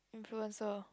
influencer